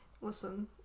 Listen